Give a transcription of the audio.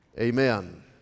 amen